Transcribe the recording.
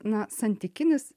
na santykinis